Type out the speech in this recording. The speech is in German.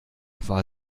war